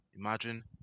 imagine